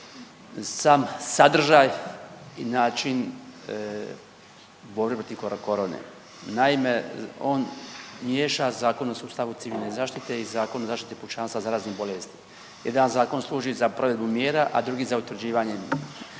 sam sadržaj i način borbe protiv korone. Naime, on miješa Zakon o sustavu civilne zaštite i Zakon o zaštiti pučanstva od zaraznih bolesti. Jedan zakon služi za provedbu mjera, a drugi za utvrđivanje koje